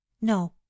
No